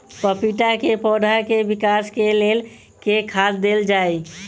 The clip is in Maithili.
पपीता केँ पौधा केँ विकास केँ लेल केँ खाद देल जाए?